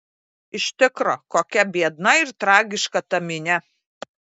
iš tikro kokia biedna ir tragiška ta minia